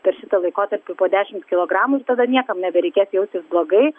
per šitą laikotarpį po dešimt kilogramų ir tada niekam nebereikės jaustis blogai